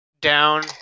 down